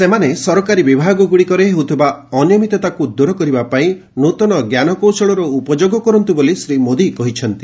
ସେମାନେ ସରକାରୀ ବିଭାଗଗ୍ରଡ଼ିକରେ ହେଉଥିବା ଅନିୟମିତତାକୁ ଦୂର କରିବାପାଇଁ ନୃତନ ଜ୍ଞାନକୌଶଳର ଉପଯୋଗ କରନ୍ତ୍ର ବୋଲି ଶ୍ରୀ ମୋଦି କହିଛନ୍ତି